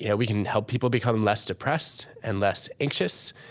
yeah we can help people become less depressed and less anxious,